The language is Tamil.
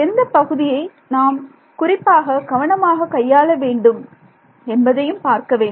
எந்த பகுதியை நாம் குறிப்பாக கவனமாக கையாள வேண்டும் என்பதையும் பார்க்க வேண்டும்